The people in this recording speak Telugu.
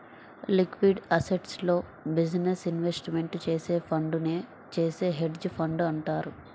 లిక్విడ్ అసెట్స్లో బిజినెస్ ఇన్వెస్ట్మెంట్ చేసే ఫండునే చేసే హెడ్జ్ ఫండ్ అంటారు